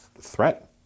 threat